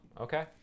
okay